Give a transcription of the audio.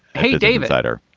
hey, dave titre.